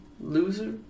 loser